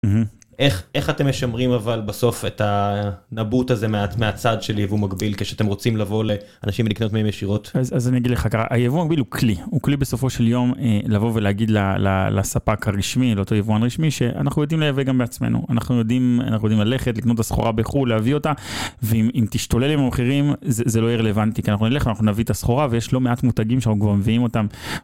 איך איך אתם משמרים אבל בסוף את הנבוט הזה מהצד של יבוא מקביל כשאתם רוצים לבוא לאנשים לקנות מהם ישירות? אז אני אגיד לך ככה, היבוא המקביל הוא כלי. הוא כלי בסופו של יום לבוא ולהגיד לספק הרשמי לאותו יבואן רשמי שאנחנו יודעים לייבא גם בעצמנו אנחנו יודעים ללכת לקנות את הסחורה בחו"ל להביא אותה ואם תשתולל עם המחירים זה לא יהיה רלוונטי כי אנחנו נלך אנחנו נביא את הסחורה ויש לא מעט מותגים שאנחנו כבר מביאים אותם.